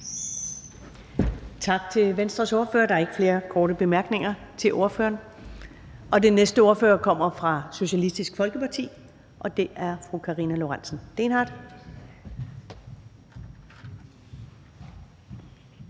Tak til Venstres ordfører. Der er ikke ønske om korte bemærkninger til ordføreren. Den næste ordfører kommer fra Socialistisk Folkeparti, og det er fru Lisbeth